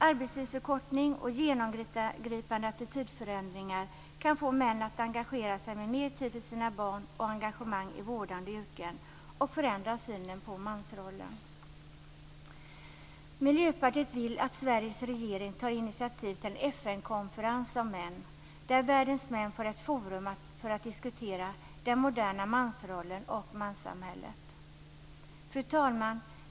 Arbetstidsförkortning och genomgripande attitydförändringar kan få män att engagera sig med mer tid för sina barn och öka deras engagemang i vårdande yrken. Detta kan också förändra synen på mansrollen. Miljöpartiet vill att Sveriges regering tar initiativ till en FN-konferens om män där världens män får ett forum för att diskutera den moderna mansrollen och manssamhället. Fru talman!